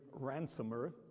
ransomer